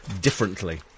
differently